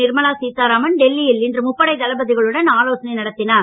நிர்மலா சீத்தாராமன் டெல்லியில் இன்று முப்படை தளபதிகளுடன் ஆலோசனை நடத்தினார்